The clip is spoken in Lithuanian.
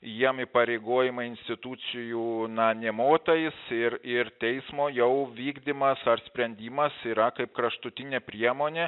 jiem įpareigojimai institucijų na nė motais ir ir teismo jau vykdymas ar sprendimas yra kaip kraštutinė priemonė